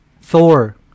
thor